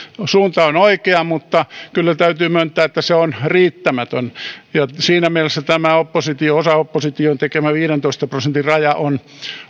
suunta on oikea mutta kyllä täytyy myöntää että se on riittämätön siinä mielessä tämä opposition osan tekemä viidentoista prosentin raja on